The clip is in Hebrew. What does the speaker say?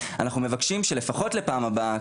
אנחנו מבקשים שלפחות לפעם הבאה,